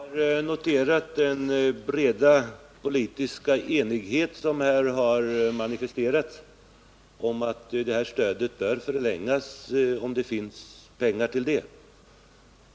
Herr talman! Jag har noterat den breda politiska enighet som här har manifesterats om att detta stöd bör förlängas, om det finns pengar till det.